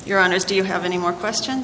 you're on is do you have any more questions